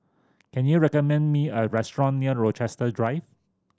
can you recommend me a restaurant near Rochester Drive